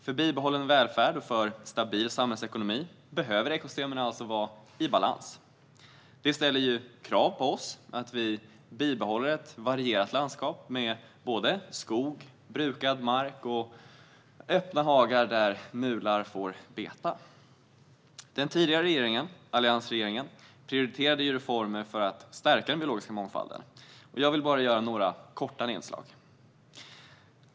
För bibehållen välfärd och en stabil samhällsekonomi behöver ekosystemen vara i balans. Det ställer krav på oss att bibehålla ett varierat landskap med såväl skog som brukad mark och öppna hagar där mular får beta. Den tidigare alliansregeringen prioriterade reformer för att stärka den biologiska mångfalden, och jag vill göra några korta nedslag där.